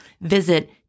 Visit